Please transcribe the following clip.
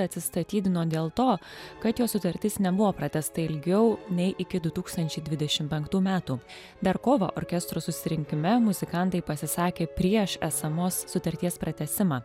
atsistatydino dėl to kad jo sutartis nebuvo pratęsta ilgiau nei iki du tūkstančiai dvidešim penktų metų dar kovą orkestro susirinkime muzikantai pasisakė prieš esamos sutarties pratęsimą